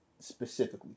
specifically